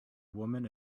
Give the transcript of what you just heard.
woman